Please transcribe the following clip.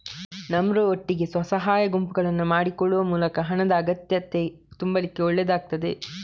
ನರ್ಮ್ ಒಟ್ಟಿಗೆ ಸ್ವ ಸಹಾಯ ಗುಂಪುಗಳನ್ನ ಮಾಡಿಕೊಳ್ಳುವ ಮೂಲಕ ಹಣದ ಅಗತ್ಯತೆ ತುಂಬಲಿಕ್ಕೆ ಒಳ್ಳೇದಾಗ್ತದೆ